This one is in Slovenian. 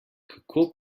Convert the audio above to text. kako